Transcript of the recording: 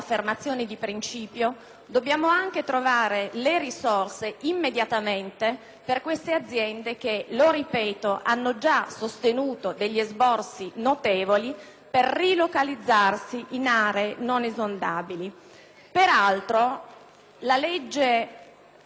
immediatamente trovare le risorse per queste aziende che, ripeto, hanno già sostenuto esborsi notevoli per rilocalizzarsi in aree non esondabili. Peraltro, la legge n.